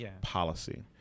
policy